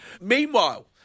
Meanwhile